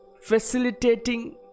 Facilitating